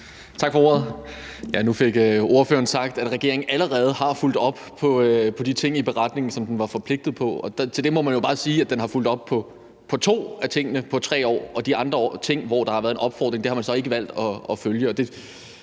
Tak for ordet. Nu fik ordføreren sagt, at regeringen allerede har fulgt op på de ting i beretningen, som den var forpligtet på. Til det må man jo bare sige, at den har fulgt op på to af tingene på 3 år, og de andre ting, der har været en opfordring til, har man så ikke valgt at følge.